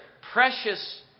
precious